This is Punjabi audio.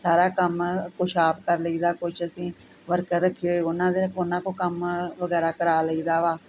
ਸਾਰਾ ਕੰਮ ਕੁਛ ਆਪ ਕਰ ਲਈ ਦਾ ਕੁਛ ਅਸੀਂ ਵਰਕਰ ਰੱਖੇ ਹੋਏ ਉਨ੍ਹਾਂ ਦੇ ਉਨ੍ਹਾਂ ਕੋਲੋਂ ਕੰਮ ਵਗੈਰਾ ਕਰਾ ਲਈ ਦਾ ਵਾ